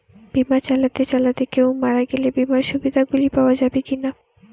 বিমা চালাতে চালাতে কেও মারা গেলে বিমার সুবিধা গুলি পাওয়া যাবে কি না?